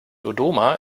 dodoma